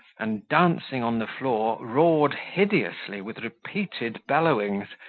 and, dancing on the floor, roared hideously with repeated bellowings,